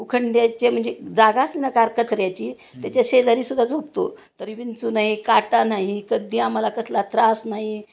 उखंड्याचे म्हणजे जागाच न कार कचऱ्याची त्याच्या शेजारी सुद्धा झोपतो तरी विंचू नाही काटा नाही कधी आम्हाला कसला त्रास नाही